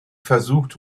versucht